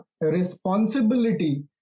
responsibility